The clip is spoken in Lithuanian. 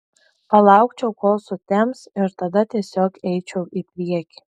palaukčiau kol sutems ir tada tiesiog eičiau į priekį